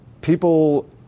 people